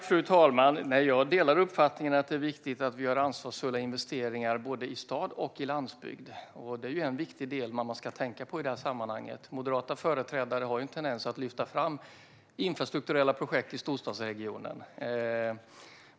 Fru talman! Jag delar uppfattningen att det är viktigt att vi gör ansvarsfulla investeringar i både stad och landsbygd. Det är en viktig del som man ska tänka på i detta sammanhang. Moderata företrädare har en tendens att lyfta fram infrastrukturella projekt i storstadsregionen.